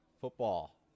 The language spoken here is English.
Football